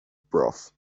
broth